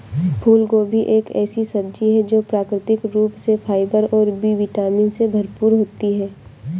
फूलगोभी एक ऐसी सब्जी है जो प्राकृतिक रूप से फाइबर और बी विटामिन से भरपूर होती है